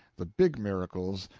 the big miracles,